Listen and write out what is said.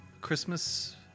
Christmas